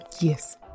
Yes